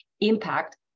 impact